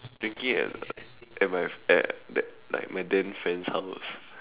drinking at at my at that like my then friend's house